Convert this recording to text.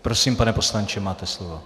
Prosím, pane poslanče, máte slovo.